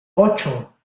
ocho